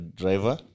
driver